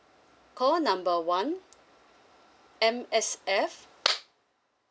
call number one M_S_F